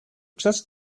just